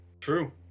true